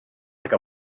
like